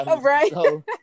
Right